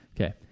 Okay